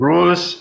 Rules